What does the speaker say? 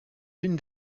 l’une